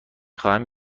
خواهم